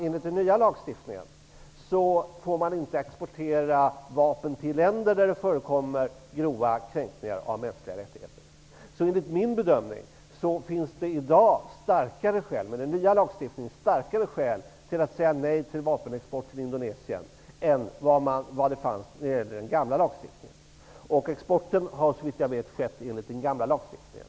Enligt den nya lagstiftningen får man inte exportera vapen till länder där det förekommer grova kränkningar av mänskliga rättigheter. Enligt min bedömning finns det i dag, då den nya lagstiftningen gäller, starkare skäl att säga nej till vapenexport till Indonesien än vad det fanns då den gamla lagstiftningen gällde. Exporten har såvitt jag vet skett enligt den gamla lagstiftningen.